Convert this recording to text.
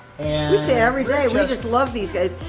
say every day, we just love these guys.